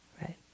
right